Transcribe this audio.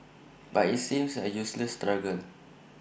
but IT seems A useless struggle